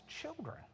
children